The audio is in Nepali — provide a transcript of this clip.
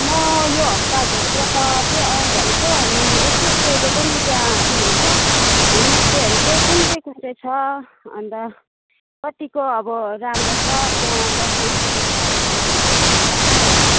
म यो हप्ताभित्रमा चाहिँ आउँ भनेको अनि यसो सोधेको नि त्यहाँ के भन्छ होमस्टेहरू चाहिँ कुन चैँ कुन चाहिँ छ अन्त कतिको अब राम्रो छ त्याँ बस्ने सुबिधाहरू भनेर नि फोन गरेको नि